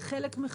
זה חלק מחבילה.